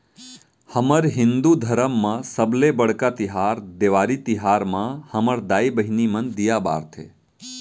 हमर हिंदू धरम म सबले बड़का तिहार देवारी तिहार म हमर दाई बहिनी मन दीया बारथे